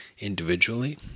individually